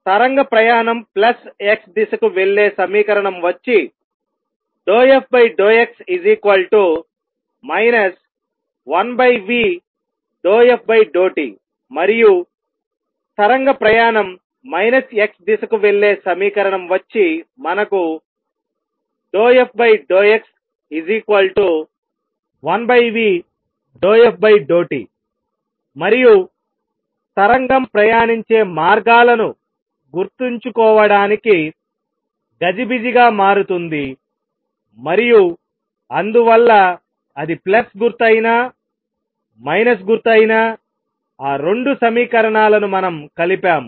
తరంగ ప్రయాణం plus x దిశ కు వెళ్లే సమీకరణం వచ్చి ∂f∂x 1v∂ft మరియు తరంగ ప్రయాణం మైనస్ x దిశ కు వెళ్లే సమీకరణం వచ్చి మనకు ∂f∂x1v∂f∂t మరియు తరంగం ప్రయాణించే మార్గాలను గుర్తుంచుకోవడానికి గజిబిజిగా మారుతుంది మరియు అందువల్ల అది ప్లస్ గుర్తు అయినా మైనస్ గుర్తు అయినా ఆ రెండు సమీకరణాలను మనం కలిపాము